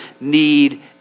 need